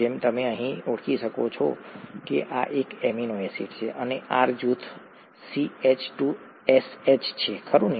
જેમ તમે અહીં ઓળખી શકો છો આ એક એમિનો એસિડ છે અને R જૂથ CH2SH છે ખરું ને